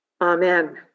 Amen